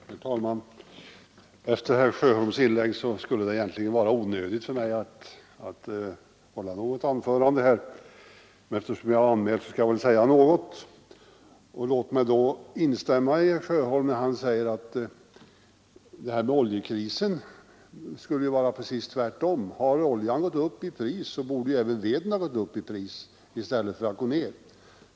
Herr talman! Efter herr Sjöholms inlägg skulle det egentligen vara onödigt för mig att hålla något anförande, men eftersom jag är anmäld skall jag väl säga några ord. Låt mig då instämma i herr Sjöholms åsikt att det här argumentet om oljekrisen skulle kunna vara precis tvärtom. Har oljan gått upp i pris, så borde även veden gå upp i pris i stället för att gå ned.